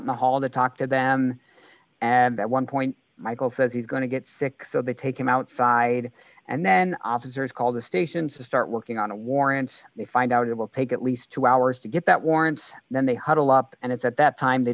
in the hall to talk to them and at one point michael says he's going to get sick so they take him outside and then officers call the station to start working on a warrant they find out it will take at least two hours to get that warrant then they huddle up and it's at that time they